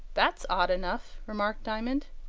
that's odd enough, remarked diamond.